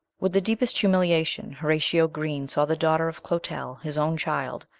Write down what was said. with the deepest humiliation horatio green saw the daughter of clotel, his own child,